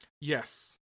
Yes